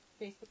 Facebook